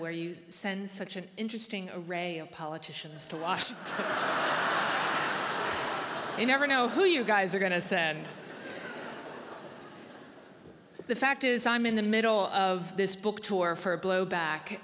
where you send such an interesting a ray of politicians to us to you never know who you guys are going to say but the fact is i'm in the middle of this book tour for blowback